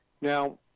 Now